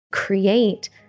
create